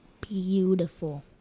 beautiful